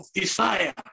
Isaiah